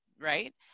right